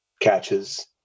catches